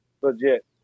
Legit